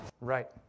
Right